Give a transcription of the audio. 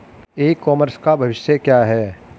ई commerce का भविष्य क्या है?